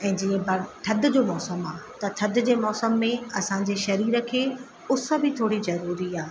ऐं जीअं ॿर थदि जो मौसमु आहे त थदि जे मौसमु में असांजे शरीर खे उस बि थोरी ज़रूरी आहे